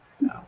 no